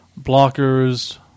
blockers